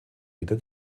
wieder